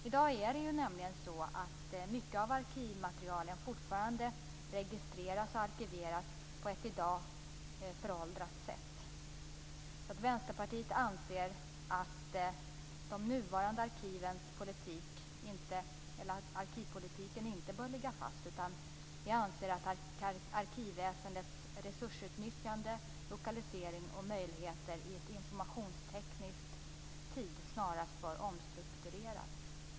I dag är det så att mycket av arkivmaterialen fortfarande registreras och arkiveras på ett i dag föråldrat sätt. Vi i Vänsterpartiet anser att politiken för de nuvarande arkiven inte bör ligga fast, men vi anser att arkivväsendets resursutnyttjande, lokalisering och möjligheter i en informationsteknisk tid snarast bör omstruktureras.